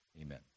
amen